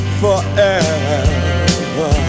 forever